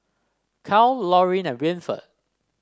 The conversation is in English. Cal Lorin and Winford